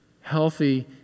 healthy